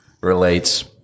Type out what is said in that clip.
relates